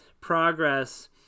progress